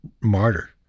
martyr